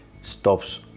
stops